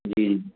जी